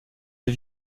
des